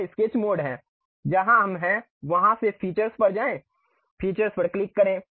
यह sketch mode है जहां हम हैं वहाँ से फीचर्स पर जाएँ फीचर्स पर क्लिक करें